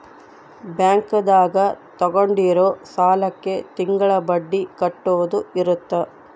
bank ದಾಗ ತಗೊಂಡಿರೋ ಸಾಲಕ್ಕೆ ತಿಂಗಳ ಬಡ್ಡಿ ಕಟ್ಟೋದು ಇರುತ್ತ